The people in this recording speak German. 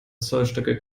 zollstöcke